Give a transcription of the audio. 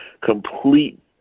complete